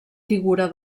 figura